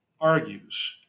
argues